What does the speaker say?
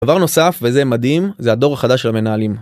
דבר נוסף וזה מדהים זה הדור החדש של המנהלים.